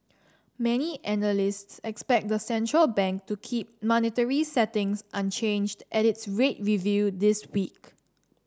many analysts expect the central bank to keep monetary settings unchanged at its rate review this week